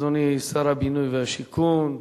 אדוני שר הבינוי והשיכון,